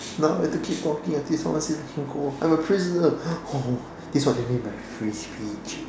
now we have to keep talking until someone says we can go I'm a prisoner oh this is what they mean by free speech